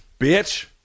bitch